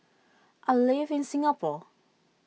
I live in Singapore